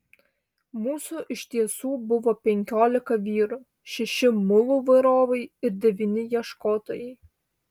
mūsų iš tiesų buvo penkiolika vyrų šeši mulų varovai ir devyni ieškotojai